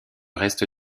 reste